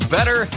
Better